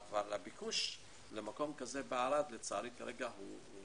אבל הביקוש למקום כזה בערד כרגע הוא-